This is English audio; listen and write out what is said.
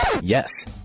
Yes